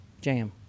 Jam